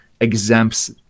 exempts